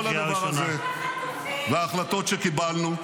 כל הדבר הזה ----- חטופים ----- וההחלטות שקיבלנו,